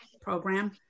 program